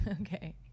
Okay